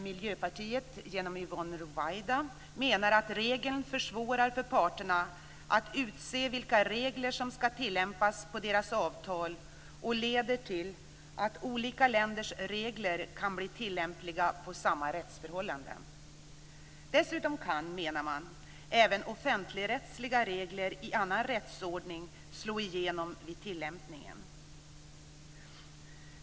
Miljöpartiet, menar att regeln försvårar för parterna att utse vilka regler som skall tillämpas på deras avtal och leder till att olika länders regler kan bli tillämpliga på samma rättsförhållanden. Dessutom kan, menar man, även offentligrättsliga regler i annan rättsordning slå igenom vid tillämpningen.